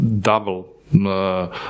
double